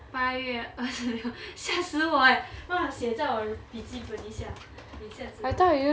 八月二十六 吓死我 eh 让我写在我笔记本一下给我一下子